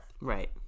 right